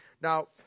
Now